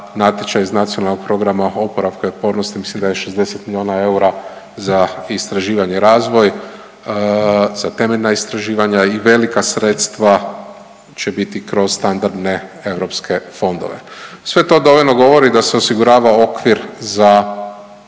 naklada za znanost objavila natječaj iz NPOO-a mislim da je 60 milijuna eura za istraživanje i razvoj za temeljna istraživanja i velika sredstva će biti kroz standardne europske fondove. Sve to dovoljno govori da se osigurava okvir za